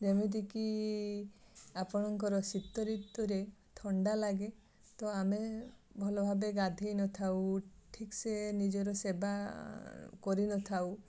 ଯେମିତିକି ଆପଣଙ୍କର ଶୀତ ଋତୁରେ ଥଣ୍ଡାଲାଗେ ତ ଆମେ ଭଲଭାବେ ଗାଧୋଇ ନଥାଉ ଠିକ୍ସେ ନିଜର ସେବା କରିନଥାଉ